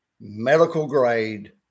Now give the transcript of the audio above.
medical-grade